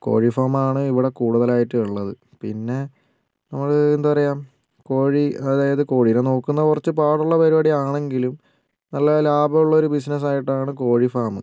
കോഴിഫാമാണ് ഇവിടെ കൂടുതലായിട്ട് ഉള്ളത് പിന്നെ നമ്മൾ എന്താ പറയുക കോഴി അതായത് കോഴീനെ നോക്കുന്നത് കുറച്ച് പാടുള്ള പരിപാടിയാണെങ്കിലും നല്ല ലാഭവുള്ളൊരു ബിസിനസ്സ് ആയിട്ടാണ് കോഴി ഫാമ്